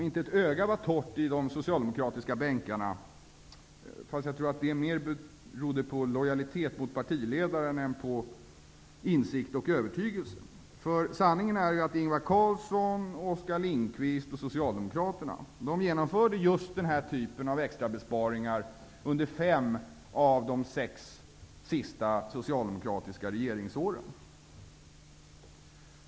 Inte ett öga var torrt i de socialdemokratiska bänkarna, fast jag tror att det mer berodde på lojalitet med partiledaren än på insikt och övertygelse. Sanningen är att Ingvar Carlsson, Oskar Lindkvist och Socialdemokraterna genomförde just den här typen av extrabesparingar under fem av de sex sista socialdemokratiska regeringsåren.